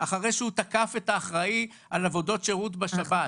אחרי שהוא תקף את האחראי על עבודות שירות בשב"ס.